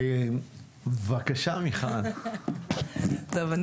מיכל, בבקשה.